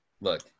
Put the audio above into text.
Look